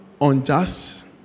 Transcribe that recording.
unjust